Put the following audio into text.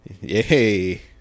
yay